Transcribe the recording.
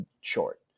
short